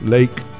Lake